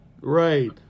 Right